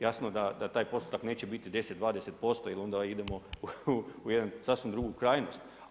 Jasno da taj postotak neće biti 10, 20% jer onda idemo u jednu sasvim drugu krajnost.